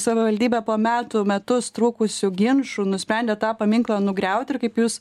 savivaldybė po metų metus trukusių ginčų nusprendė tą paminklą nugriauti ir kaip jūs